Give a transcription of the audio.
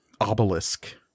obelisk